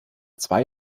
zwei